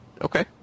Okay